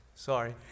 Sorry